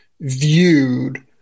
viewed